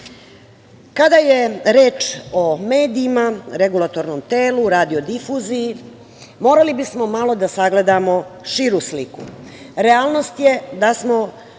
je reč o medijima, regulatornom telu, radio-difuziji, morali bismo malo da sagledamo širu sliku. Realnost je da smo